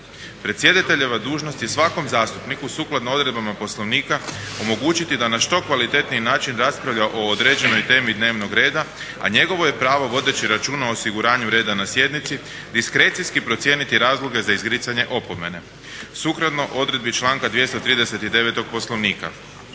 Predsjedateljeva dužnost je svakom zastupniku sukladno odredbama Poslovnika omogućiti da na što kvalitetniji način raspravlja o određenoj temi dnevnog reda a njegovo je pravo vodeći računa o osiguranju reda na sjednici diskrecijski procijeniti razloge za izricanje opomene sukladno odredbi članka 239. Poslovnika.